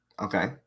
Okay